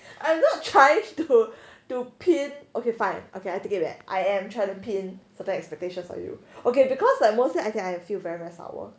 I'm not trying to to pin okay fine okay I take it back I am trying to pin certain expectations on you okay because like most mostly I said I feel very very sour